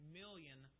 million